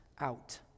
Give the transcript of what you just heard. out